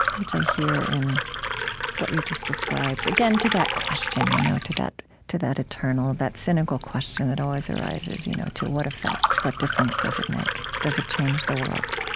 which i hear in what you just described. again, to that question, you know to that to that eternal, that cynical question that always arises, you know to what effect? what difference does it make? does it change the world?